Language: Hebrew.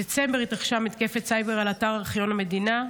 בדצמבר התרחשה מתקפת סייבר על אתר ארכיון המדינה.